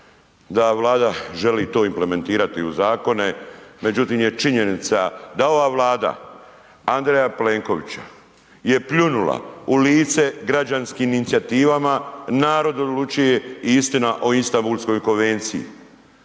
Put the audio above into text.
da Vlada želi to implementirati to u zakone, međutim je činjenica da ova Vlada Andreja Plenkovića je pljunula u lice građanskim inicijativama Narod odlučuje i Istina o Istambulskoj konvenciji.